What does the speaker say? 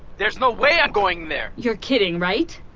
there's no way i'm going there! you're kidding, right?